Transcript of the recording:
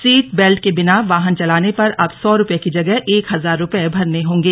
seat belt के बिना वाहन चलाने पर अब सौ रुपये की जगह एक हजार रुपये भरने होंगे